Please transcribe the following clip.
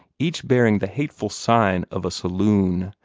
each bearing the hateful sign of a saloon,